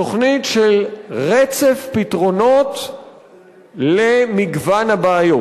תוכנית של רצף פתרונות למגוון הבעיות.